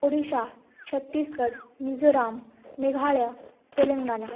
Odisha Chhattisgarh Mizoram Meghalaya Telangana